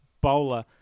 bowler